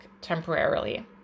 temporarily